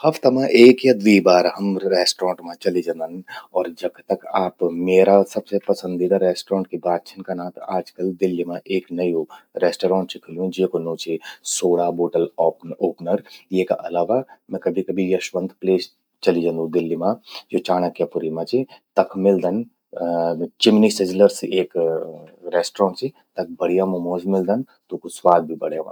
हफ्ता मां एक या द्वी बार हम रेस्टोरेंट मां चलि जंदन। और जख तक आप म्येरा सबसे पसंदीदा रेस्टोरेंट कि बात छिन कना त आजकल दिल्ली मां एक नयू रेस्टोरेंट चि खुल्यूं जेकु नूं चि सोड़ा बोटल ऑप ओपनर। येका अलावा मैं कभि कभि यशवंत प्लेस चलि जंदू दिल्ली मां। ज्वो चाणक्य पुरी मां चि। तख मिलदन, चिमनी सिजलर्स एक रेस्टोरेंट चि। तख बढ़िया मोमोज मिलदन, तूंकू स्वाद भी बढ़िया व्हंद।